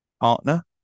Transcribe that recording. partner